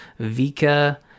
Vika